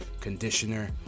conditioner